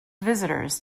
visitors